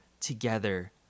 together